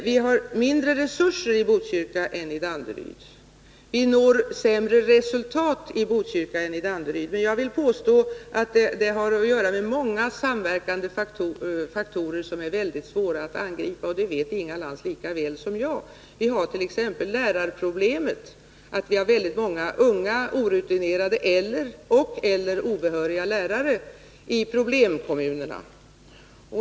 Vi har mindre resurser i Botkyrka än i Danderyd, och vi når sämre resultat i Botkyrka. Men jag vill påstå att detta sammanhänger med väldigt många faktorer som är mycket svåra att angripa, och det vet Inga Lantz lika väl som jag. Vi hart.ex. lärarproblemet. Det finns väldigt många unga orutinerade och/eller obehöriga lärare i problemkommunerna.